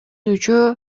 үчөө